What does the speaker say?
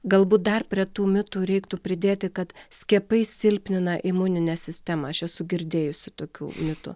galbūt dar prie tų mitų reiktų pridėti kad skiepai silpnina imuninę sistemą aš esu girdėjusi tokių mitų